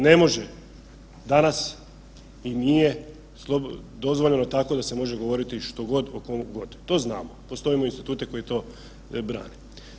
Ne može danas i nije dozvoljeno tako da se može govoriti što god o komu god, to znamo, postoje instituti koji to brane.